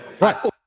Right